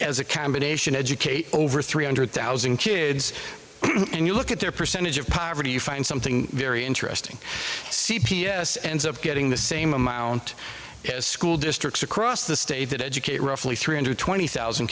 as a combination educate over three hundred thousand kids and you look at their percentage of poverty you find something very interesting c p s ends up getting the same amount as school districts across the state that educate roughly three hundred twenty thousand